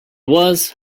was